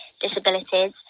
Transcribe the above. disabilities